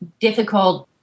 difficult